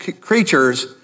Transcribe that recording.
creatures